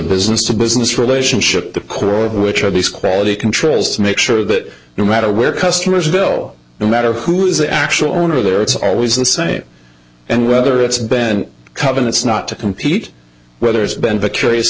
business to business relationship the core of which are these quality controls to make sure that no matter where customers bill no matter who is the actual owner there it's always the same and whether it's been cut and it's not to compete where there's been